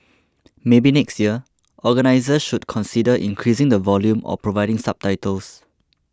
maybe next year organisers should consider increasing the volume or providing subtitles